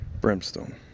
brimstone